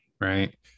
right